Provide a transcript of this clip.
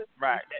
Right